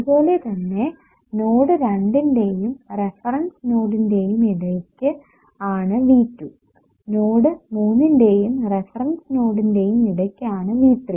അതുപോലെ തന്നെ നോഡ് 2 ന്റെയും റഫറൻസ് നോഡിന്റെയും ഇടയ്ക്കു ആണ് V2 നോഡ് 3 ന്റെയും റഫറൻസ് നോഡിന്റെയും ഇടയ്ക്കു ആണ് V3